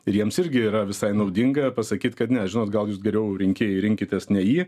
ir jiems irgi yra visai naudinga pasakyt kad ne žinot gal jūs geriau rinkėjai rinkitės ne jį